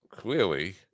Clearly